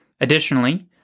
Additionally